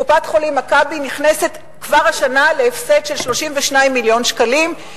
קופת-חולים "מכבי" נכנסת כבר השנה להפסד של 32 מיליון שקלים,